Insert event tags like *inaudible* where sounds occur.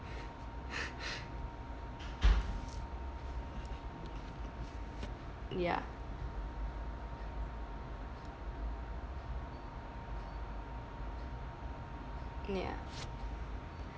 *noise* ya ya